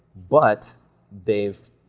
but they've,